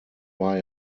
war